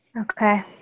Okay